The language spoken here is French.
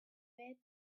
fête